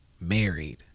married